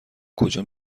کجا